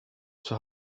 zur